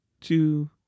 two